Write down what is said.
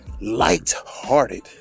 Light-hearted